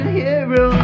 hero